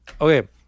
Okay